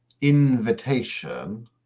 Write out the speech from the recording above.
invitation